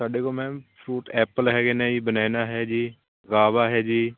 ਸਾਡੇ ਕੋਲ ma'am fruit apple ਹੈਗੇ ਨੇ ਜੀ ਬਨਾਨਾ ਹੈ ਜੀ ਗਵਾਵਾ ਹੈ ਜੀ